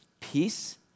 peace